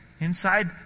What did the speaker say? inside